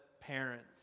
parents